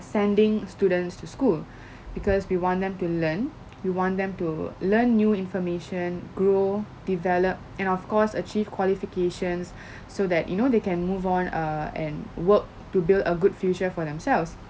sending students to school because we want them to learn we want them to learn new information grow develop and of course achieve qualifications so that you know they can move on err and work to build a good future for themselves